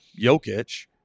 Jokic